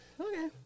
Okay